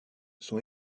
sont